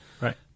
Right